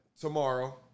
Tomorrow